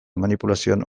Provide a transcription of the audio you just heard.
manipulazioan